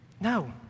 No